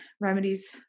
remedies